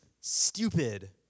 stupid